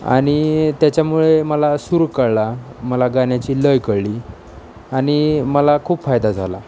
आणि त्याच्यामुळे मला सुर कळला मला गाण्याची लय कळली आणि मला खूप फायदा झाला